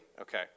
Okay